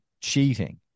cheating